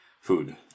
food